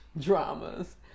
dramas